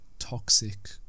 toxic